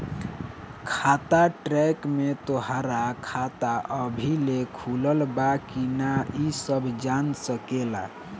खाता ट्रैक में तोहरा खाता अबही ले खुलल बा की ना इ सब जान सकेला